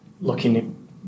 looking